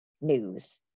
news